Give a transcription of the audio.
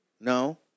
No